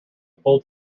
full